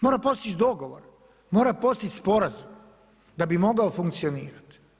Mora postići dogovor, mora postići sporazum da bi mogao funkcionirati.